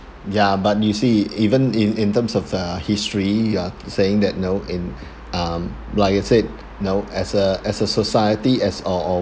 ya but you see even in in terms of uh history you are saying that you know in um like I said you know as a as a society as uh